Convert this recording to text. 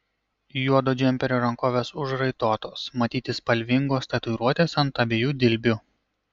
juodo džemperio rankovės užraitotos matyti spalvingos tatuiruotės ant abiejų dilbių